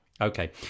Okay